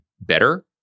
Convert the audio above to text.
better